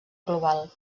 global